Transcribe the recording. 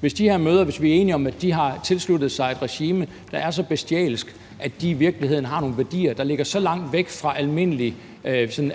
fra de her mødre? Hvis vi er enige om, at de her mødre har tilsluttet sig et regime, som er så bestialsk, at de i virkeligheden har nogle værdier, som ligger så langt væk fra sådan